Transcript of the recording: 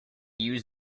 use